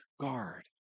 guard